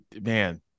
Man